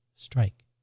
strike